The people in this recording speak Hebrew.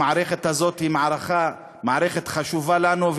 המערכת הזאת חשובה לנו,